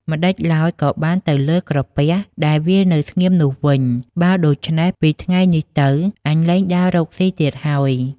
ម្តេចឡើយក៏បានទៅលើអាក្រពះ ដែលវានៅស្ងៀមនោះ វិញ បើដូច្នេះពីថ្ងៃនេះទៅ អញលែងដើររកស៊ីទៀតហើយ។